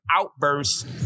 outburst